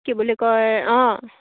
কি বুলি কয় অঁ